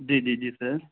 جی جی جی سر